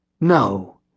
No